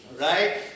right